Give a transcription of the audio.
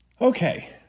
Okay